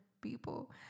people